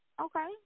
Okay